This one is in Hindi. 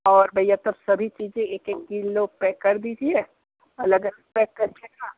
और भैया तब सभी चीज़ें एक एक किलो पैक कर दीजिए अलग अलग पैक कर दीजिएगा